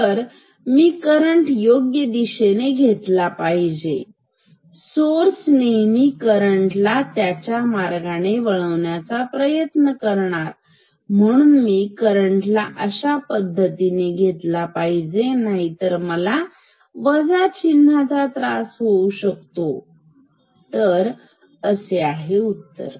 तर मी करंट योग्य दिशेने घेतला पाहिजे सोर्स नेहमी करंट ला त्याच्या मार्गाने वळवण्याचा प्रयत्न करणार म्हणून मी करंट ला अशा पद्धतीने घेतला पाहिजे नाहीतर मला वजा चिन्ह चा त्रास होऊ शकतो तर असे आहे उत्तर